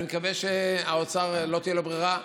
אני מקווה שלאוצר לא תהיה ברירה,